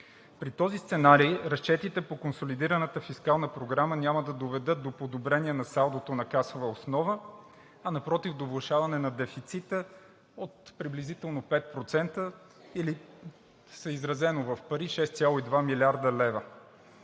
При този сценарий разчетите по консолидираната фискална програма няма да доведат до подобрение на салдото на касова основа, а напротив – до влошаване на дефицита от приблизително 5%, или съизразено в пари – 6,2 млрд. лв.,